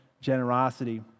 generosity